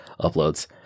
uploads